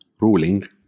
ruling